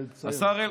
תסיים.